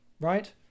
Right